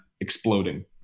exploding